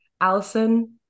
Allison